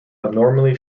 abnormally